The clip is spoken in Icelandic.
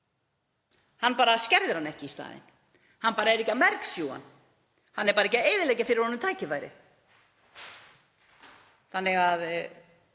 Hann bara skerðir hann ekki í staðinn, hann er bara ekki að mergsjúga hann. Hann er bara ekki að eyðileggja fyrir honum tækifærið. Það